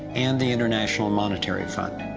and the international monetary fund.